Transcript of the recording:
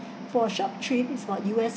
for short trip is about U_S